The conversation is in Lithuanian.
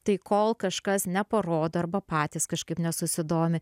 tai kol kažkas neparodo arba patys kažkaip nesusidomi